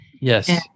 Yes